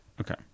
Okay